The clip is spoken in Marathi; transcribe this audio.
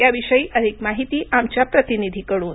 या विषयी अधिक माहिती आमच्या प्रतिनिधीकडून